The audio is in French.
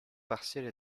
partielle